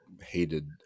hated